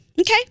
Okay